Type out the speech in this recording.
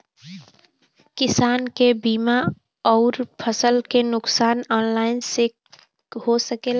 किसान के बीमा अउर फसल के नुकसान ऑनलाइन से हो सकेला?